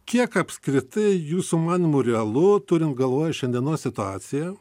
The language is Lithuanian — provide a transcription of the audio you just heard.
kiek apskritai jūsų manymu realu turint galvoje šiandienos situaciją